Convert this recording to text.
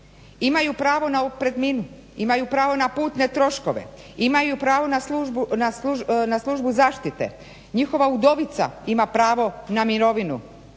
imaju pravo na otpremninu, imaju pravo na putne troškove, imaju pravo na službu zaštite, njihova udovica ima pravo na mirovinu,